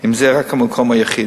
אם זה המקום היחיד.